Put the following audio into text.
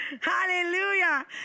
Hallelujah